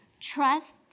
trust